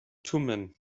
thummim